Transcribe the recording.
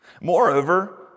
Moreover